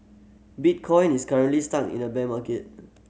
bitcoin is currently stuck in a bear market